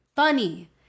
funny